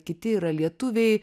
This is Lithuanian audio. kiti yra lietuviai